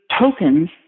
tokens